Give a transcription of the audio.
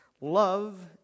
love